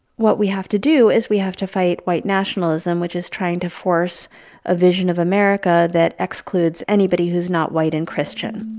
what we have to do is we have to fight white nationalism, which is trying to force a vision of america that excludes anybody who's not white and christian